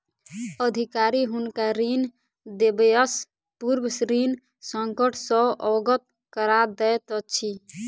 अधिकारी हुनका ऋण देबयसॅ पूर्व ऋण संकट सॅ अवगत करा दैत अछि